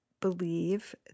believe